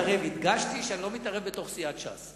הדגשתי שאני לא מתערב בתוך סיעת ש"ס.